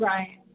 Right